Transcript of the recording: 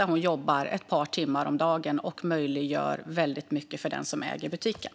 Där jobbar hon ett par timmar om dagen och möjliggör väldigt mycket för den som äger butiken.